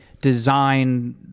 design